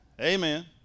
Amen